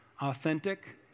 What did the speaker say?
authentic